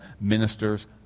ministers